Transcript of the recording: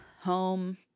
home